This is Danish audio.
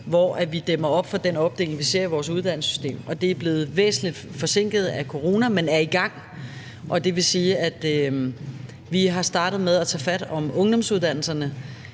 hvor vi dæmmer op for den opdeling, vi ser i vores uddannelsessystem. Det er blevet væsentlig forsinket af corona, men er i gang. Og det vil sige, at vi har startet med at tage fat om ungdomsuddannelserne.